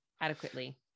adequately